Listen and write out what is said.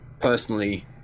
personally